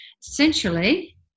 essentially